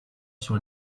sur